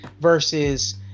versus